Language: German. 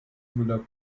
müller